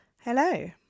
Hello